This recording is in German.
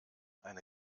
eine